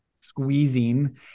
squeezing